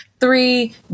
Three